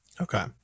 okay